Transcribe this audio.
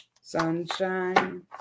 sunshine